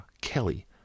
Kelly